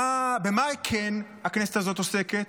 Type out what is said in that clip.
במה כן הכנסת הזאת עוסקת?